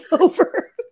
over